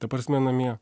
ta prasme namie